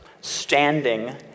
standing